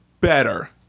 Better